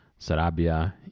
Sarabia